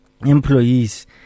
employees